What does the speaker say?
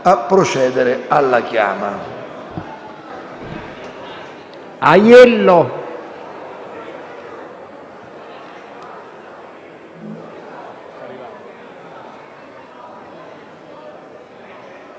a procedere alla chiama.